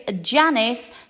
Janice